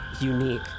unique